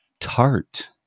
Tart